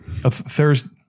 Thursday